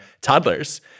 toddlers